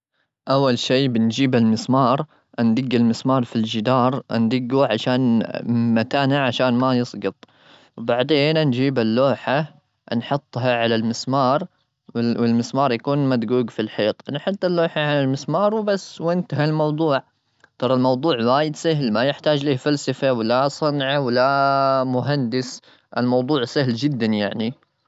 أول شيء، بنجيب المسمار. أندج المسمار في الجدار، أندجه عشان متانه، عشان ما يسجط. بعدين أنجيب اللوحة، أنحطها على المسمار (والمسمار يكون مدقوق في الحيط). نحط اللوحة على المسمار، وبس! وانتهى الموضوع. ترى الموضوع وايد سهل، ما يحتاج له فلسفة، ولا صنعة، ولا مهندس. الموضوع سهل جدا يعني.